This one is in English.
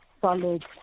solid